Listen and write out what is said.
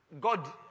God